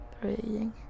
praying